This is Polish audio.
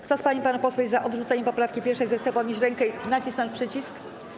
Kto z pań i panów posłów jest za odrzuceniem poprawki 1., zechce podnieść rękę i nacisnąć przycisk.